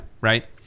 Right